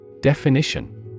Definition